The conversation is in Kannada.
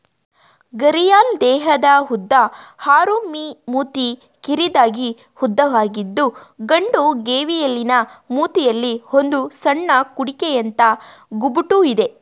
ಘರಿಯಾಲ್ ದೇಹದ ಉದ್ದ ಆರು ಮೀ ಮೂತಿ ಕಿರಿದಾಗಿ ಉದ್ದವಾಗಿದ್ದು ಗಂಡು ಗೇವಿಯಲಿನ ಮೂತಿಯಲ್ಲಿ ಒಂದು ಸಣ್ಣ ಕುಡಿಕೆಯಂಥ ಗುಬುಟು ಇದೆ